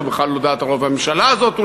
הוא בכלל לא על דעת רוב הממשלה הזאת,